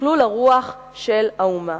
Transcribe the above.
לשכלול הרוח של האומה.